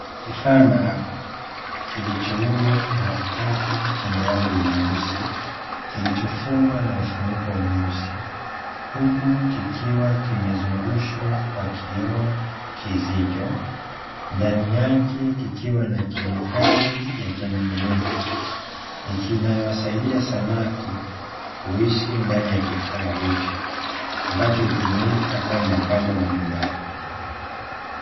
Kifaa maalumu kilichoundwa na kitako chenye rangi nyeusi kilichofungwa na mfuniko mweusi huku kikiwa kimezungushwa kwa kioo kizito, ndani yake kikiwa na kemikali ya kimiminika inayowasaidia samaki kuishi ndani ya kifaa hicho, ambacho hutumika kama mapambo ya majumbani.